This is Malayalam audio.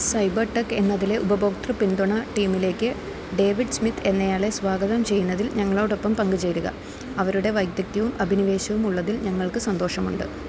സൈബർ ടെക് എന്നതിലെ ഉപഭോക്തൃ പിന്തുണ ടീമിലേയ്ക്ക് ഡേവിഡ് സ്മിത്ത് എന്നയാളെ സ്വാഗതം ചെയ്യുന്നതിൽ ഞങ്ങളോടൊപ്പം പങ്ക് ചേരുക അവരുടെ വൈദഗ്ധ്യവും അഭിനിവേശവുമുള്ളതിൽ ഞങ്ങൾക്ക് സന്തോഷമുണ്ട്